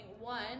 one